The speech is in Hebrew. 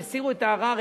הם הסירו את הערר,